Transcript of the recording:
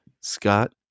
Scott